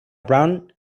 brown